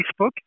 Facebook